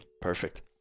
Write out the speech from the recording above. Perfect